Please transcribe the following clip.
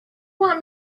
want